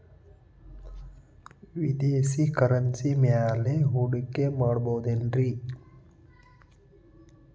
ವಿದೇಶಿ ಕರೆನ್ಸಿ ಮ್ಯಾಲೆ ಹೂಡಿಕೆ ಮಾಡಬಹುದೇನ್ರಿ?